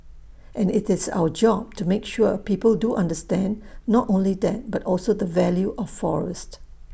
and IT is our job to make sure people do understand not only that but also the value of forest